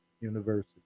university